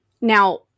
Now